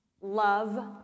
love